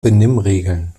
benimmregeln